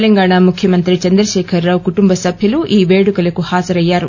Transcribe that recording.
తెలంగాణ ముఖ్యమంత్రి చంద్రశేఖర్ రావు కుటుంబ సభ్యులు ఈ వేడుకలకు హాజరయ్యారు